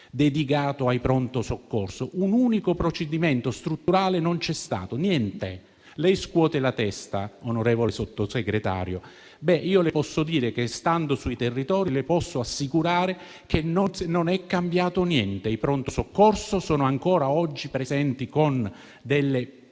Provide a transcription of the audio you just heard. dedicato ai pronto soccorso; un unico procedimento strutturale non c'è stato, niente. Lei scuote la testa, onorevole Sottosegretario. Beh, stando sui territori le posso assicurare che non è cambiato niente: i pronto soccorso sono ancora oggi pieni di